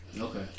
Okay